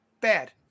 bad